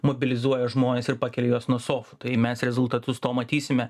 mobilizuoja žmones ir pakelia juos nuo sofų tai mes rezultatus to matysime